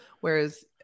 Whereas